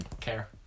care